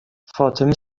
فاطمه